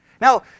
Now